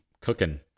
cooking